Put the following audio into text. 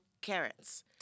carrots